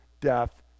death